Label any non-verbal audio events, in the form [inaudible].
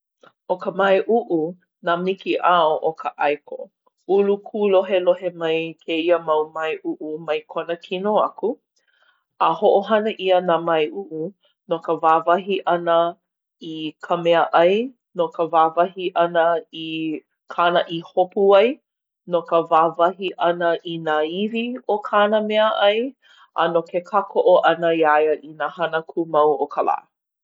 ʻO ka māiʻuʻu nā mikiʻao o ka ʻaeko. Ulu kūlohelohe mai kēia mau māiʻuʻu mai kona kino aku. A hoʻohana ʻia nā māiʻuʻu no ka wāwahi ʻana [hesitation] i ka meaʻai. No ka wāwahi ʻana i kāna i hopu ai. No ka wāwahi ʻana i nā iwi o kāna meaʻai. A no ke kākoʻo ʻana iā ia i nā hana kūmau o ka lā.